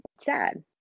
sad